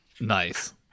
Nice